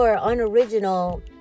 unoriginal